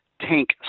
tank